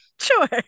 sure